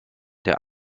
der